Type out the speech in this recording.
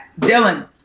Dylan